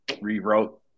rewrote